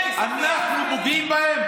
אנחנו פוגעים בהם?